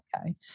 okay